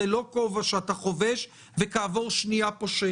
זה לא כובע שאתה חובש וכעבור שנייה מסיר.